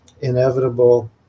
inevitable